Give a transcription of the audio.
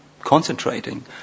concentrating